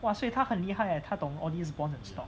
!wah! 所以她很厉害 leh 她懂那些 all these bond and stuff